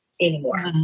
anymore